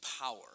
power